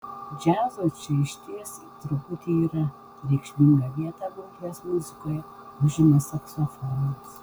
džiazo čia išties truputį yra reikšmingą vietą grupės muzikoje užima saksofonas